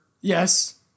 Yes